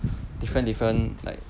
different different like